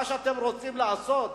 מה שאתם רוצים לעשות